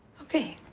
okay.